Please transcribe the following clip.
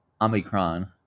Omicron